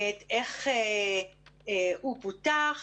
איך הוא פותח,